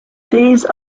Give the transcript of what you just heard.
these